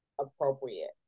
appropriate